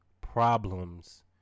problems